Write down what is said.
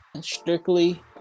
Strictly